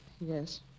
Yes